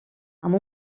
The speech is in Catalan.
amb